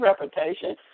reputation